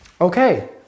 Okay